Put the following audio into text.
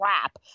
crap